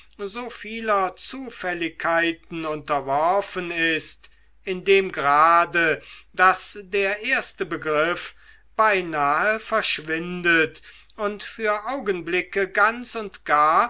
so vieler zufälligkeiten unterworfen ist in dem grade daß der erste begriff beinahe verschwindet und für augenblicke ganz und gar